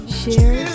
share